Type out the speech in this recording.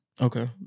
Okay